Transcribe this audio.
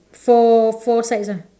four four sides ah